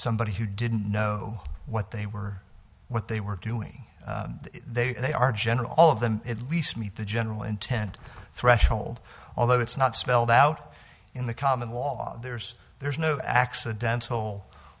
somebody who didn't know what they were or what they were doing they are general all of them at least meet the general intent threshold although it's not spelled out in the common law there's there's no accidental